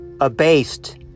Abased